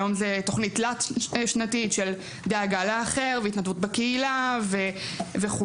היום זה תוכנית תלת-שנתית של דאגה לאחר והתנדבות בקהילה וכו'.